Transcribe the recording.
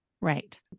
Right